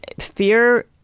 Fear